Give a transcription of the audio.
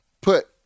put